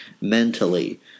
mentally